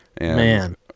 Man